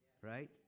right